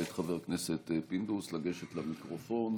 ואת חבר הכנסת פינדרוס לגשת למיקרופון